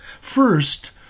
First